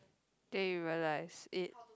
then you realised it